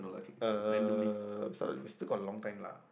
uh I'm sorry we still got long time lah